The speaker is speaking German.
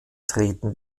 treten